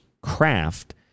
craft